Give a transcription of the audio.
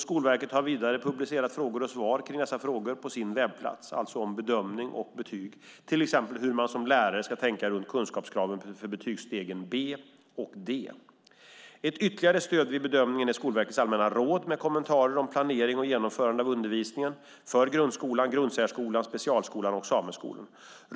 Skolverket har vidare publicerat frågor och svar om bedömning och betyg på sin webbplats, till exempel hur man som lärare ska tänka runt kunskapskraven för betygsstegen B och D. Ett ytterligare stöd vid bedömningen är Skolverkets allmänna råd med kommentarer om planering och genomförande av undervisningen för grundskolan, grundsärskolan, specialskolan och sameskolan.